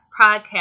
podcast